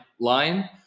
line